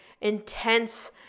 intense